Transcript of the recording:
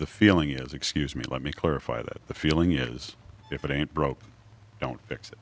the feeling is excuse me let me clarify that the feeling is if it ain't broke don't fix